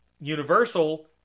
universal